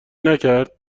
نکرد